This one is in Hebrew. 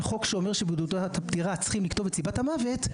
אין חוק שאומר שבתעודת הפטירה צריכים לכתוב את סיבת המוות,